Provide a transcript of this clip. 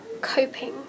coping